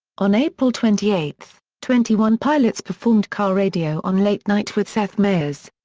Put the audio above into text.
on april twenty eight, twenty one pilots performed car radio on late night with seth meyers.